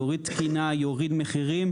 יוריד תקינה,